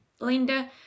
Linda